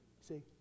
see